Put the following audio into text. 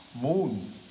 moon